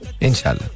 Inshallah